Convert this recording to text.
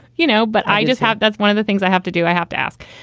you know, but i just have that's one of the things i have to do. i have to ask.